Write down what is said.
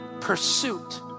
pursuit